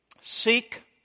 seek